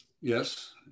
Yes